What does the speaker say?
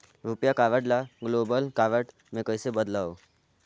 रुपिया कारड ल global card मे कइसे बदलव?